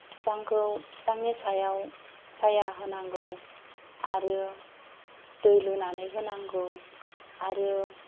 बिफांखौ बिफांनि सायाव साया होनांगौ आरो दै लुनानै होनांगौ आरो